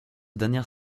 dernière